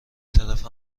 طرف